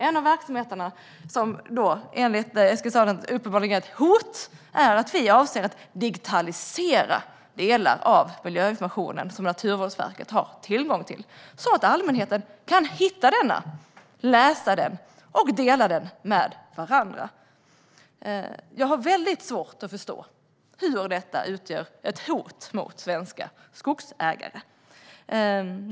En av de verksamheter som enligt ledamoten uppenbarligen är ett hot handlar om att vi avser att digitalisera delar av den miljöinformation som Naturvårdsverket har tillgång till, så att allmänheten kan hitta den, läsa den och dela den med varandra. Jag har väldigt svårt att förstå hur detta utgör ett hot mot svenska skogsägare.